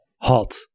hot